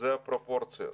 אלה הפרופורציות.